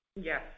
Yes